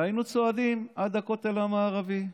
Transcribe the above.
היינו צועדים עד הכותל המערבי.